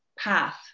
path